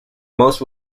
most